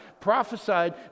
prophesied